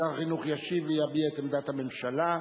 שר החינוך ישיב ויביע את עמדת הממשלה.